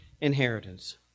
inheritance